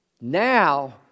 Now